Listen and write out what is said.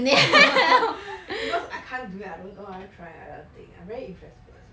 because I can't do that I don't know I want to try that kind of thing I very inflexible 的